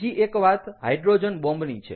બીજી એક વાત હાઈડ્રોજન બોમ્બની છે